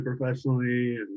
professionally